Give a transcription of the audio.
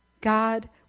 God